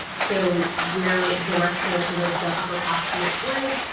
so where the rest of sort of the upper-class students live.